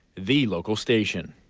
the local station.